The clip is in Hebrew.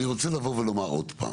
אני רוצה לבוא ולומר עוד פעם,